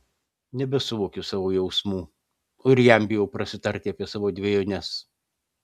nebesuvokiu savo jausmų o ir jam bijau prasitarti apie savo dvejones